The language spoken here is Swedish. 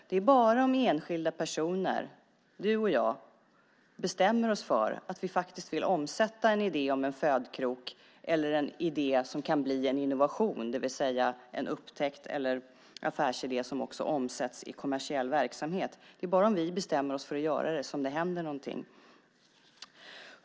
Det är bara om enskilda personer, du och jag, bestämmer sig för att de faktiskt vill omsätta en idé om en födkrok eller en idé som kan bli en innovation, det vill säga en upptäckt, eller har en affärsidé som också omsätts i kommersiell verksamhet som det händer någonting.